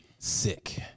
Sick